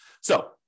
So-